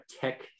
tech